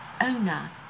owner